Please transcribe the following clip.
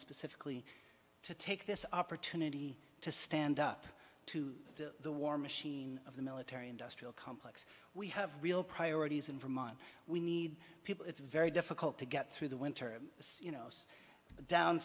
specifically to take this opportunity to stand up to the war machine of the military industrial complex we have real priorities in vermont we need people it's very difficult to get through the winter as you know